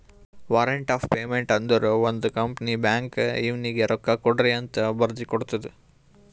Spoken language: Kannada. ವಾರಂಟ್ ಆಫ್ ಪೇಮೆಂಟ್ ಅಂದುರ್ ಒಂದ್ ಕಂಪನಿ ಬ್ಯಾಂಕ್ಗ್ ಇವ್ನಿಗ ರೊಕ್ಕಾಕೊಡ್ರಿಅಂತ್ ಬರ್ದಿ ಕೊಡ್ತದ್